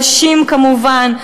נשים כמובן,